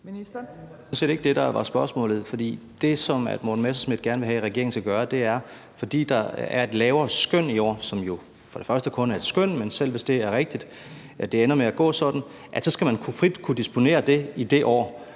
Det, som Morten Messerschmidt gerne vil have at regeringen skal gøre, er: Fordi der er et lavere skøn i år – og det er først og fremmest kun et skøn, men lad os sige, at det er rigtigt, at det ender med at gå sådan – så skal man frit kunne disponere over det i det år.